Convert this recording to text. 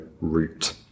root